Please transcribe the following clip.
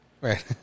Right